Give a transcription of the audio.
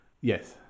yes